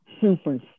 Super